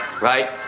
Right